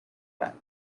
back